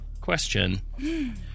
question